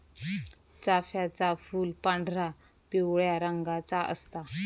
चाफ्याचा फूल पांढरा, पिवळ्या रंगाचा असता